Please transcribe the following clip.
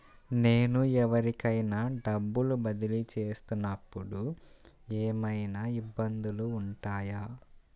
నేను ఎవరికైనా డబ్బులు బదిలీ చేస్తునపుడు ఏమయినా ఇబ్బందులు వుంటాయా?